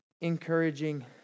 encouraging